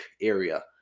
area